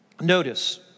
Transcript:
Notice